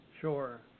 Sure